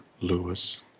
Lewis